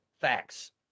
Facts